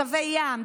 צבי ים,